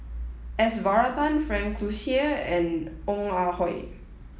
s Varathan Frank Cloutier and Ong Ah Hoi